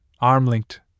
arm-linked